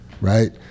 right